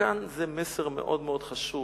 וכאן זה מסר מאוד מאוד חשוב,